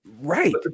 Right